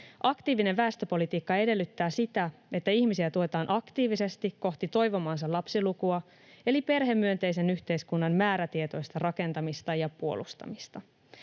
Aktiivinen väestöpolitiikka edellyttää sitä, että ihmisiä tuetaan aktiivisesti kohti toivomaansa lapsilukua, eli perhemyönteisen yhteiskunnan määrätietoista rakentamista ja puolustamista,